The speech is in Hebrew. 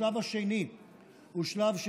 השלב השני הוא שלב,